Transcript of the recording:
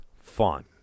fun